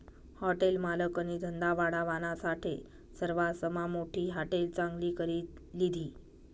hotel मालकनी धंदा वाढावानासाठे सरवासमा मोठी हाटेल चांगली करी लिधी